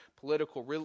political